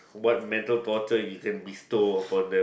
what mental torture you can bestow upon them